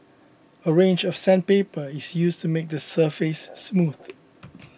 a range of sandpaper is used to make the surface smooth